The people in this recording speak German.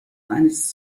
eines